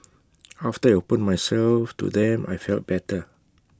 after I opened myself to them I felt better